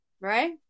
right